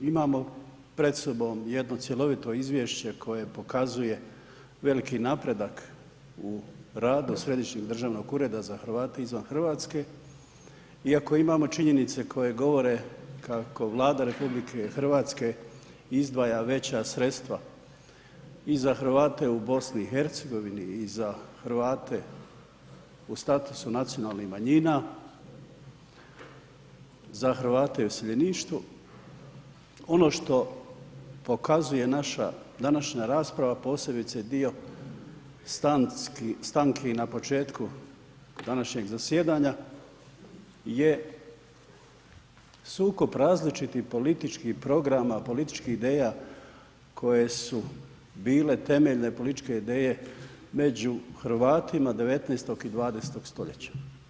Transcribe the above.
Iako imamo pred sobom jedno cjelovito izvješće koje pokazuje veliki napredak u radu Središnjeg državnog ureda za Hrvate izvan Hrvatske, iako imao činjenice koje govore kako Vlada RH izdvaja veća sredstva i za Hrvate u BiH i za Hrvate u statusu nacionalnih manjina za Hrvate u iseljeništvu ono što pokazuje naša današnja rasprava posebice dio stanki i na početku današnjeg zasjedanja je sukob različitih političkih programa, političkih ideja koje su bile temeljne političke ideje među Hrvatima 19. i 20. stoljeća.